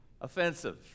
offensive